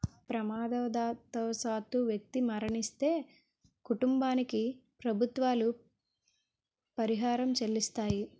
ప్రమాదవశాత్తు వ్యక్తి మరణిస్తే కుటుంబానికి ప్రభుత్వాలు పరిహారం చెల్లిస్తాయి